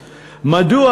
מדוע,